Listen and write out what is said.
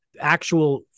actual